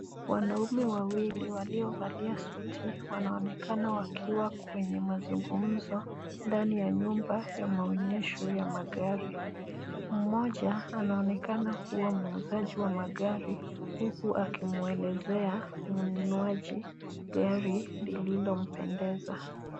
Wanaume wawili waliovalia suti wanaonekana wakiwa kwenye mazungumzo ndani ya nyumba ya maonyesho ya magari. Mmoja anaonekana kuwa muuzaji wa magari huku akimwelezea mnunuaji gari lililompendeza.